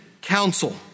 counsel